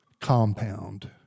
compound